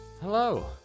Hello